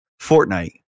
Fortnite